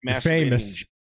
famous